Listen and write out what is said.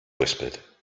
whispered